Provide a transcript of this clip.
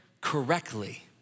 correctly